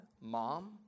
mom